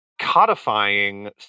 codifying